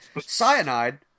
cyanide